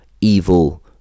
evil